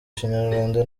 kinyarwanda